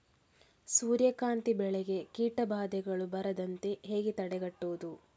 ಸೂರ್ಯಕಾಂತಿ ಬೆಳೆಗೆ ಕೀಟಬಾಧೆಗಳು ಬಾರದಂತೆ ಹೇಗೆ ತಡೆಗಟ್ಟುವುದು?